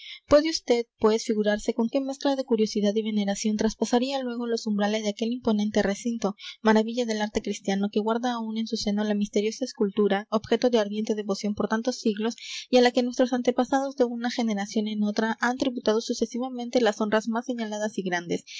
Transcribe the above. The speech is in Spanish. puede usted pues figurarse con qué mezcla de curiosidad y veneración traspasaría luego los umbrales de aquel imponente recinto maravilla del arte cristiano que guarda aún en su seno la misteriosa escultura objeto de ardiente devoción por tantos siglos y á la que nuestros antepasados de una generación en otra han tributado sucesivamente las honras más señaladas y grandes